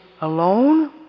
alone